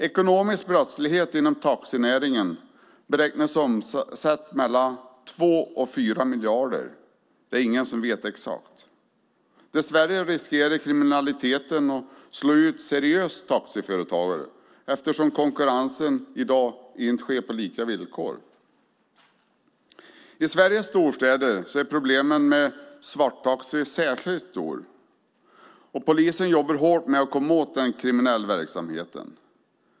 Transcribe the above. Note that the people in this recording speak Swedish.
Ekonomisk brottslighet inom taxinäringen beräknas omsätta 2-4 miljarder kronor; ingen vet det exakta beloppet. Dess värre riskerar kriminaliteten att slå ut seriösa taxiföretagare eftersom konkurrensen i dag inte sker på lika villkor. I Sveriges storstäder är problemen med svarttaxi särskilt stora. Polisen jobbar hårt med att komma åt den kriminella verksamheten.